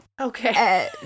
Okay